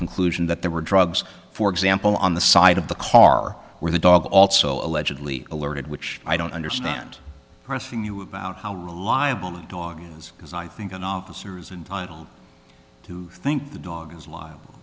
conclusion that there were drugs for example on the side of the car where the dog also allegedly alerted which i don't understand pressing you about how reliable the dog is because i think an officer is and to think the dog is liable